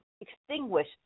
extinguish